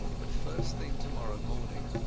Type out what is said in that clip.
but first thing tomorrow morning.